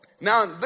Now